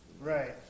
right